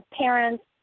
parents